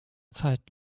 zeit